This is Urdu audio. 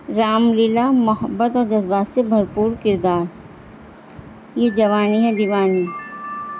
رام لیلا محبت اور جذبات سے بھرپور کردار یہ جوانی ہے دیوانی